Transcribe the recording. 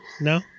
No